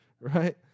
right